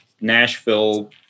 Nashville